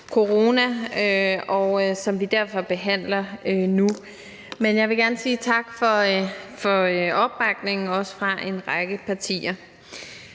corona, og som vi derfor har nu. Jeg vil gerne sige tak for opbakningen, også fra en række partier.